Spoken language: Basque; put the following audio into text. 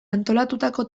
antolatutako